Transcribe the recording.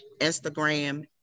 Instagram